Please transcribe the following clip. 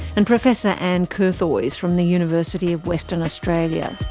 and professor ann curthoys from the university of western australia.